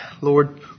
Lord